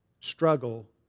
struggle